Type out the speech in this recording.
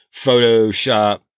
Photoshop